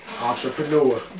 entrepreneur